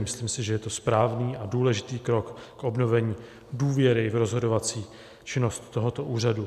Myslím si, že je to správný a důležitý krok k obnovení důvěry v rozhodovací činnost tohoto úřadu.